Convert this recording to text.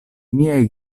miaj